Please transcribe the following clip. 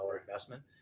investment